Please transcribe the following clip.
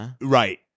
Right